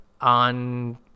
on